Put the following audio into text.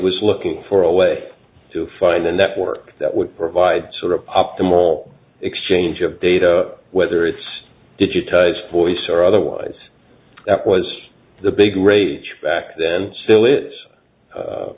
was looking for a way to find the network that would provide sort of optimal exchange of data whether it's digitized voice or otherwise that was the big rage back then